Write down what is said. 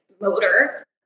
motor